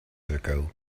ago